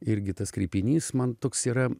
irgi tas kreipinys man toks yra